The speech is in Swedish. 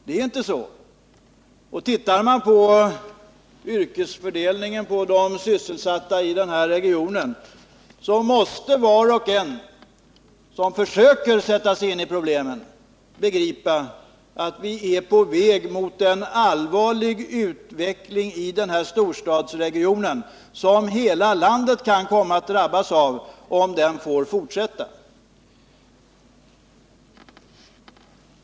Om man tittar på yrkesfördelningen hos de sysselsatta i den här regionen måste man, om man försöker sätta sig in i problemen, begripa att vi är på väg mot en så allvarlig utveckling i denna storstadsregion att hela landet kan komma att drabbas, om den får fortsätta.